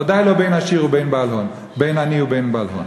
ודאי לא בין עני לבין בעל הון.